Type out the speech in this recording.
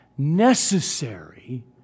Necessary